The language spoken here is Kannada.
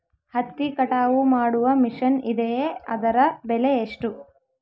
ಹತ್ತಿ ಕಟಾವು ಮಾಡುವ ಮಿಷನ್ ಇದೆಯೇ ಅದರ ಬೆಲೆ ಎಷ್ಟು?